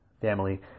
family